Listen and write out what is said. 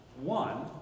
one